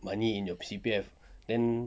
money in your C_P_F then